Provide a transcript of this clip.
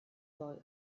boy